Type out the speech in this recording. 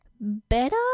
better